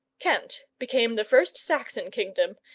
kent became the first saxon kingdom,